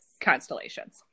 constellations